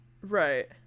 Right